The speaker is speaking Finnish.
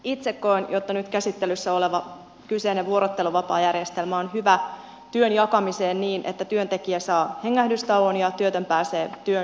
itse koen että nyt käsittelyssä oleva kyseinen vuorotteluvapaajärjestelmä on hyvä työn jakamiseen niin että työntekijä saa hengähdystauon ja työtön pääsee työn syrjään kiinni